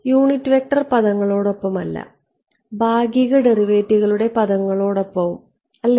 unit vector പദങ്ങളോടൊപ്പമല്ല ഭാഗിക ഡെറിവേറ്റീവുകളുടെ പദങ്ങളോടൊപ്പം ശരിയല്ലേ